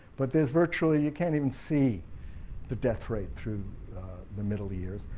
but there's virtually you can't even see the death rate through the middle years,